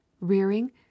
rearing